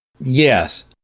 Yes